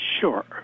Sure